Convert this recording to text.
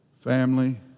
family